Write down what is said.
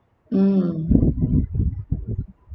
mm